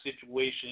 situation